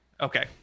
okay